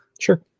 Sure